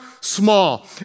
small